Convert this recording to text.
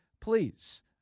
please